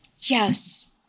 Yes